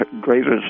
greatest